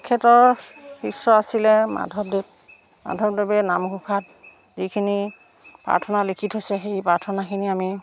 তেখেতৰ শিষ্য আছিলে মাধৱদেৱ মাধৱদেৱে নামঘোষাত যিখিনি প্ৰাৰ্থনা লিখি থৈছে সেই প্ৰাৰ্থনাখিনি আমি